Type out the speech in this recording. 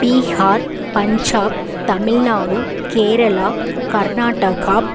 Bihar Punjab Tamil Nadu Kerala Karnataka